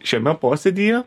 šiame posėdyje